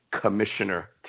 Commissioner